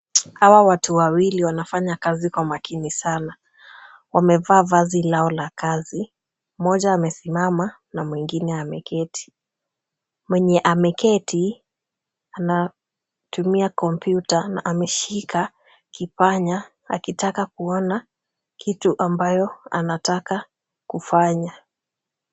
Hawa watu wawili wanafanya kazi kwa makini sana. Wamevaa vazi lao la kazi. Mmoja amesimama na mwengine ameketi. Mwenye ameketi anatumia kompyuta na ameshika kipanya akitaka kuona kitu ambayo anataka kufanya.